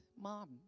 mom